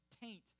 taint